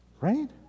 right